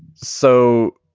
so